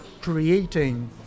creating